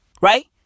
right